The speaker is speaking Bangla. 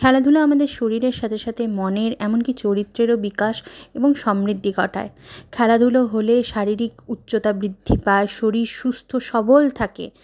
খেলাধুলা আমাদের শরীরের সাথে সাথে মনের এমনকি চরিত্রেরও বিকাশ এবং সমৃদ্ধি ঘটায় খেলাধুলো হলে শারীরিক উচ্চতা বৃদ্ধি পায় শরীর সুস্থ সবল থাকে